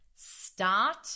start